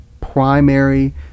primary